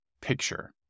picture